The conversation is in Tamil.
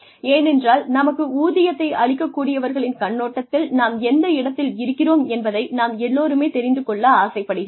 ஏனென்றால் நமக்கு ஊதியத்தை அளிக்கக் கூடியவர்களின் கண்ணோட்டத்தில் நாம் எந்த இடத்தில் இருக்கிறோம் என்பதை நாம் எல்லோருமே தெரிந்து கொள்ள ஆசைப்படுகிறோம்